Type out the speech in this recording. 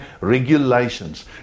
regulations